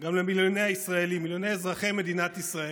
גם למיליוני ישראלים, מיליוני אזרחי מדינת ישראל,